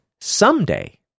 someday